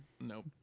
Nope